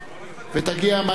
ותגיע מהר מדי.